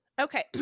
okay